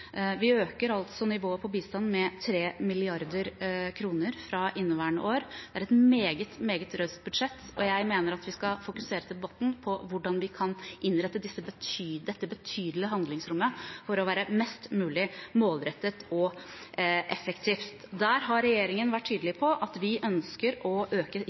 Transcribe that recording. Vi øker nivået på bistand med 3 mrd. kr fra inneværende år. Det er et meget, meget raust budsjett, og jeg mener at vi skal fokusere debatten på hvordan vi kan innrette dette betydelige handlingsrommet slik at det kan være mest mulig målrettet og effektivt. Der har regjeringen vært tydelig på at vi ønsker å øke